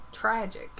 tragic